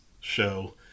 show